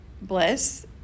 bliss